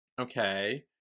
okay